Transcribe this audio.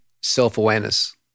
self-awareness